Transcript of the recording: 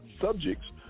subjects